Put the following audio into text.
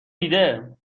دیده